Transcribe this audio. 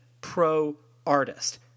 pro-artist